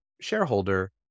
shareholder